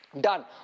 done